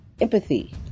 empathy